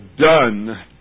done